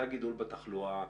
זה הגידול בתחלואה,